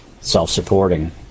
self-supporting